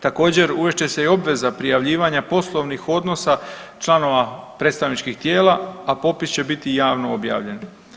Također, uvest će i obveza prijavljivanja poslovnih odnosa članova predstavničkih tijela, a popis će biti javno objavljen.